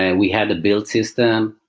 and we had the build system.